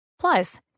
Plus